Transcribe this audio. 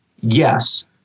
Yes